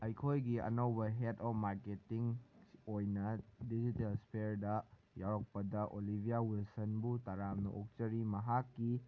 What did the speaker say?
ꯑꯩꯈꯣꯏꯒꯤ ꯑꯅꯧꯕ head of marketing ꯑꯣꯏꯅ ꯗꯤꯖꯤꯇꯦꯜ ꯏꯁꯄꯦꯌꯔꯗ ꯌꯥꯎꯔꯛꯄꯗ ꯑꯣꯂꯤꯕꯤꯌꯥ ꯋꯤꯜꯁꯟꯕꯨ ꯇꯔꯥꯝꯅ ꯑꯣꯛꯆꯔꯤ ꯃꯍꯥꯛꯀꯤ